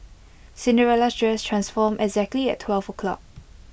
Cinderella's dress transformed exactly at twelve o'clock